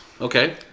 Okay